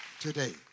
Today